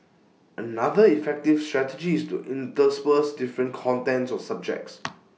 another effective strategy is to intersperse different contents or subjects